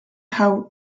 have